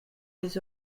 les